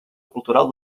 cultural